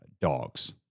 dogs